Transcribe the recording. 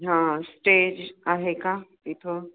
हां स्टेज आहे का तिथं